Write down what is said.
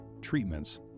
treatments